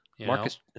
Marcus